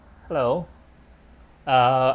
hello uh